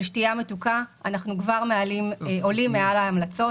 שתייה מתוקה אנחנו כבר עולים מעל ההמלצות.